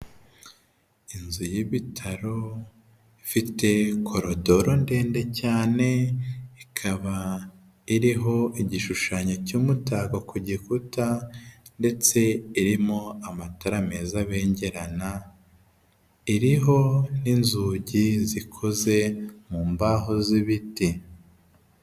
Inzu y'ibitaro ifite korodoro ndende cyane ikaba iriho igishushanyo cy'umutako ku gikuta ndetse irimo amatara meza abengerana iriho n'inzugi zikoze mu mbaho z'ibiti.